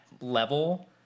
level